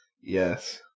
Yes